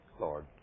Lord